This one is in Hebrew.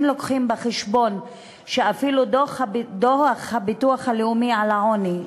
אם מביאים בחשבון שאפילו דוח הביטוח הלאומי על העוני,